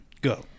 Go